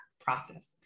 process